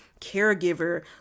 caregiver